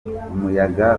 umuyaga